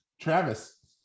Travis